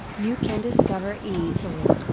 you can discover easily,